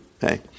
Hey